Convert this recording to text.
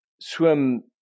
Swim